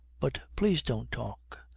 but please don't talk.